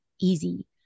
easy